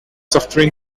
software